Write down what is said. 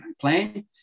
plan